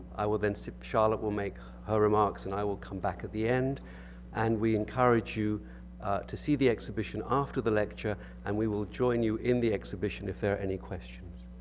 i will then sit, charlotte will make her remarks, and i will come back at the end and we encourage you to see the exhibition after the lecture and we will join you in the exhibition if there are any questions.